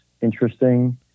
interesting